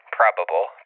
probable